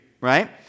Right